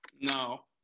No